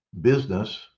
business